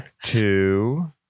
two